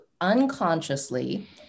unconsciously